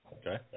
Okay